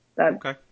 Okay